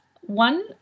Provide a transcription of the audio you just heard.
One